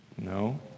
No